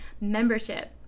membership